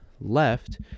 left